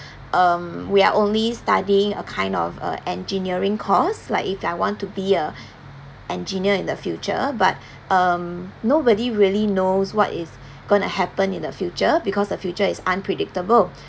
um we are only studying a kind of uh engineering course like if I want to be a engineer in the future but um nobody really knows what is going to happen in the future because the future is unpredictable